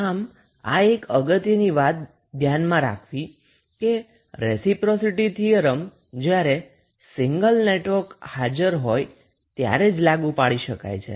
આમ એક અગત્યની વાત એ ધ્યાનમાં રાખવી કે રેસિપ્રોસિટી થીયરમ જ્યારે સીંગલ નેટવર્ક હાજર હોય ત્યારે જ લાગુ પાડી શકાય છે